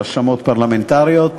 רשמות פרלמנטריות,